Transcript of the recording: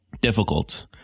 difficult